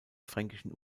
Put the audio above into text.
fränkischen